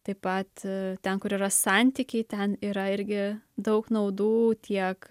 taip pat ten kur yra santykiai ten yra irgi daug naudų tiek